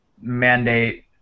mandate